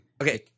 Okay